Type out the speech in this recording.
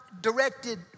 directed